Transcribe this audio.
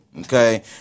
Okay